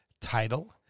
title